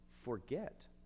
forget